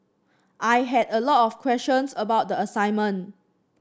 I had a lot of questions about the assignment